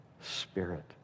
spirit